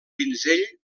pinzell